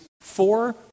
four